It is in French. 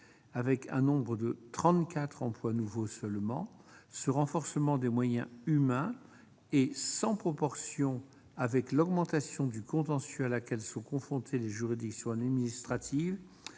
avec seulement 34 emplois nouveaux. Ce renforcement des moyens humains est sans proportion avec l'augmentation du contentieux à laquelle sont confrontées les juridictions administratives,